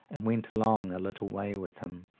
and went along a little way with him,